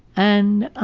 and,